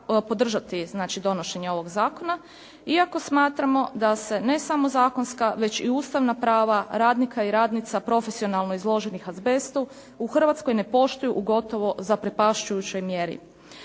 podržati znači donošenje ovog zakona iako smatramo da se ne samo zakonska već i ustavna prava radnika i radnica profesionalno izloženih azbestu u Hrvatskoj ne poštuju u gotovo zaprepašćujućoj mjeri.